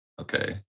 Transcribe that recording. Okay